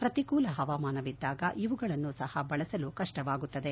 ಪ್ರತಿಕೂಲ ಹವಾಮಾನವಿದ್ದಾಗ ಇವುಗಳನ್ನೂ ಸಹ ಬಳಸಲು ಕಷ್ಲವಾಗುತ್ತದೆ